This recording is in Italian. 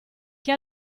che